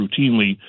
routinely